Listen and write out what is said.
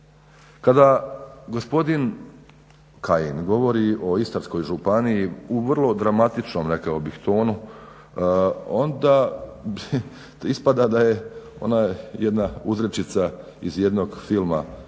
Kada gospodin Kajin govori o Istarskoj županiji u vrlo dramatičnom rekao bih tonu onda ispada da je ona jedna uzrečica iz jednog filama iz